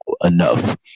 enough